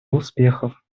успехов